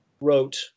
wrote